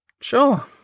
sure